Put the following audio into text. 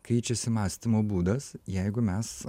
keičiasi mąstymo būdas jeigu mes